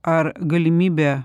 ar galimybė